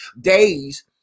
Days